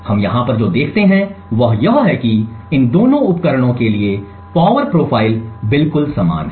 हम यहाँ पर जो देखते हैं वह यह है कि इन दोनों उपकरणों के लिए पावर प्रोफाइल बिल्कुल समान है